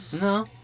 No